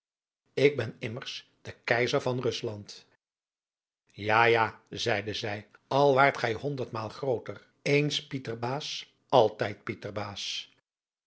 ik ben immers de keizer van rusland ja ja zeide zij al waart gij honderdmaal grooter eens pieterbaas altijd